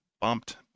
bumped